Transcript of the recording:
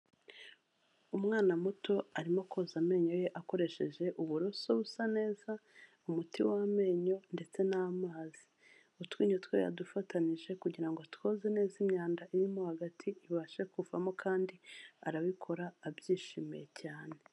Umwana muto arimo koza amenyo ye akoresheje uburoso busa neza umuti w'amenyo ndetse n'amazi, utwinyo twe yadufatanyije kugira ngo atwoze neza imyanda irimo hagati ibashe kuvamo kandi arabikora abyishimiye cyane.